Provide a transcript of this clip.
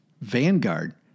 Vanguard